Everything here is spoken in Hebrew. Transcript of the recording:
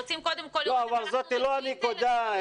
זאת לא הנקודה היחידה.